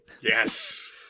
Yes